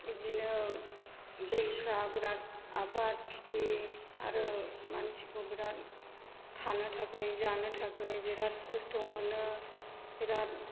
बिदिनो दैफोरा बिराद आबाद खेटि आरो मानसिखौ बिराद थानो थाखाय जानो थाखाय बिराद खस्त' मोनो बिराद